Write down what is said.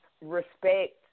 respect